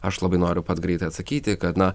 aš labai noriu pats greitai atsakyti kad na